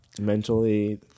mentally